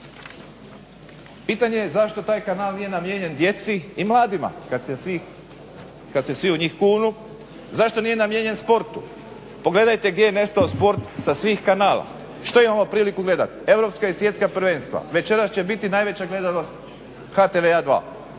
Pitanje je zašto taj kanal nije namijenjen djeci i mladima kada se svi u njih kunu? Zašto nije namijenjen sportu? Pogledajte gdje je nestao sport sa svih kanala? Što imamo priliku gledati? Europska i svjetska prvenstva. Večeras će biti najveća gledanost HTV-a 2,